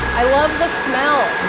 i love the smell.